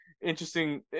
interesting